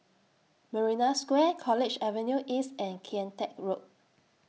Marina Square College Avenue East and Kian Teck Road